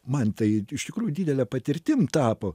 man tai iš tikrųjų didele patirtim tapo